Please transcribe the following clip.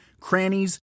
crannies